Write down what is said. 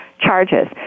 charges